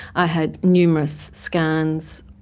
i had numerous scans.